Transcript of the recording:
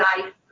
life